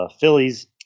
Phillies